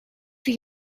for